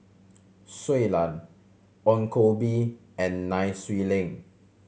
Shui Lan Ong Koh Bee and Nai Swee Leng